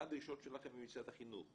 מה הדרישות שלכם ממשרד החינוך?